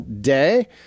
day